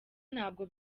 ntabwo